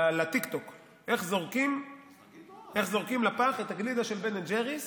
לטיקטוק איך זורקים לפח את הגלידה של בן אנד ג'ריס